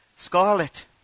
scarlet